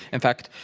in fact,